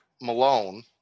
Malone